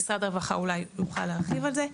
משרד הרווחה אולי יוכל להרחיב על זה.